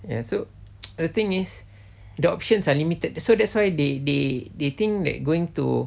ya so the thing is the options are limited so that's why they they they think they're going to